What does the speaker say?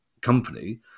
company